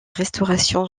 restauration